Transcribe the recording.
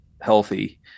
healthy